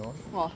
!wah!